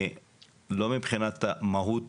לא מבחינת מהות